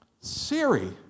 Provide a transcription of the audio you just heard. Siri